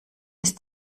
ist